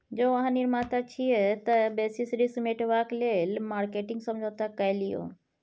जौं अहाँ निर्माता छी तए बेसिस रिस्क मेटेबाक लेल मार्केटिंग समझौता कए लियौ